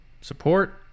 support